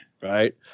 Right